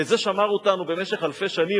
וזה שמר אותנו במשך אלפי שנים,